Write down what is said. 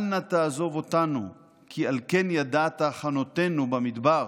אל נא תעזוב אותנו, כי על כן ידעת חנותנו במדבר